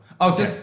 Okay